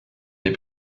des